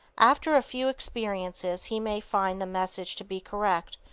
after a few experiences he may find the message to be correct,